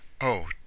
Oh